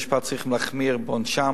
ובתי-המשפט צריכים להחמיר בעונשם.